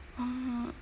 oh